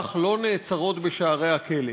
האזרח לא נעצרות בשערי הכלא.